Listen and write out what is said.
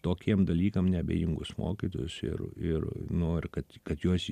tokiem dalykam neabejingus mokytojus ir ir nori kad kad juos